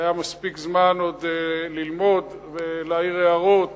והיה מספיק זמן עוד ללמוד ולהעיר הערות